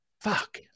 Fuck